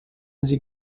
sie